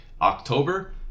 October